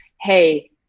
hey